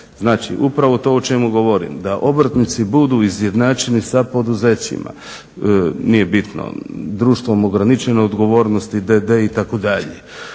Znači upravo to o čemu govorim, da obrtnici budu izjednačeni sa poduzećima, nije bitno, društvom ograničene odgovornosti, d.d. itd.